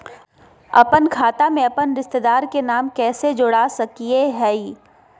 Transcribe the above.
अपन खाता में अपन रिश्तेदार के नाम कैसे जोड़ा सकिए हई?